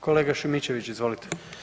Kolega Šimičević, izvolite.